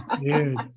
dude